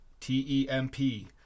T-E-M-P